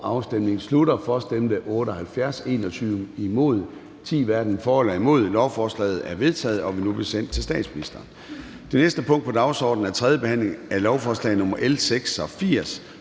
Mathiesen (UFG)), imod stemte 3 (ALT), hverken for eller imod stemte 0. Lovforslaget er vedtaget og vil nu blive sendt til statsministeren. --- Det næste punkt på dagsordenen er: 16) 3. behandling af lovforslag nr.